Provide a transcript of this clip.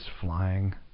Flying